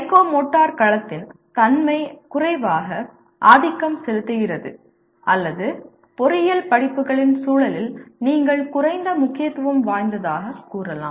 psychomotor களத்தின் தன்மை குறைவாக ஆதிக்கம் செலுத்துகிறது அல்லது பொறியியல் படிப்புகளின் சூழலில் நீங்கள் குறைந்த முக்கியத்துவம் வாய்ந்ததாகக் கூறலாம்